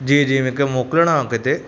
जी जी मूंखे मोकिलिणो आहे किथे